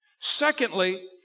Secondly